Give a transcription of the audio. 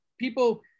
people